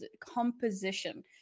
composition